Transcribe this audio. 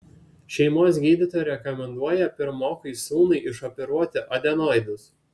šeimos gydytoja rekomenduoja pirmokui sūnui išoperuoti adenoidus